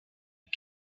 and